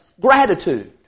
gratitude